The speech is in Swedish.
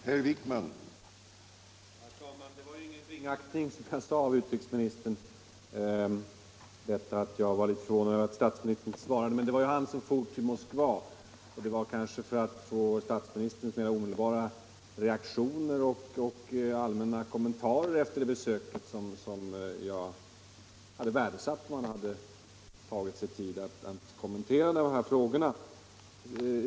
Herr talman! Som jag sade förut, låg det ingen ringaktning mot ut Om tillämpningen i rikesministern i att jag var litet förvånad över att statsministern inte Sovjetunionen av svarade på min interpellation. Det var ju statsministern som for till Mosk = Helsingforsavtalets va, och det var för att få statsministerns mer omedelbara reaktioner och = bestämmelser allmänna kommentarer efter det besöket som jag skulle ha värdesatt om statsministern hade tagit sig tid att kommentera de frågor som jag har aktualiserat i min interpellation.